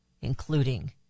including